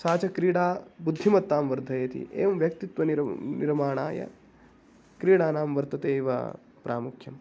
सा च क्रीडा बुद्धिमत्तां वर्धयति एवं व्यक्तित्वनिर् निर्माणाय क्रीडानां वर्तते एव प्रामुख्यम्